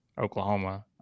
Oklahoma